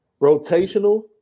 Rotational